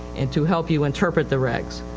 and to help you interpret the regis.